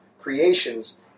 creations